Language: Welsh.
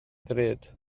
ddrud